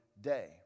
day